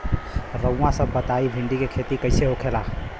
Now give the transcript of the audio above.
रउआ सभ बताई भिंडी क खेती कईसे होखेला?